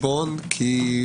התחרטתי, אני שר וחבר כנסת.